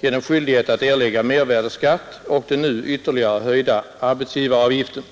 genom skyldigheten att erlägga mervärdeskatt och den nu ytterligare höjda arbetsgivaravgiften.